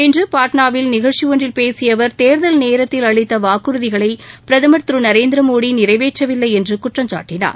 இன்று பாட்னாவில் நிகழ்ச்சி ஒன்றில் பேசிய அவர் தேர்தல் நேரத்தில் அளித்த வாக்குறதிகளை பிரதமர் திரு நரேந்திர மோடி நிறைவேற்றவில்லை என்று குற்றம் சாட்டினார்